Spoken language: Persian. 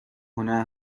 هنر